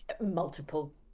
multiple